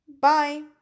Bye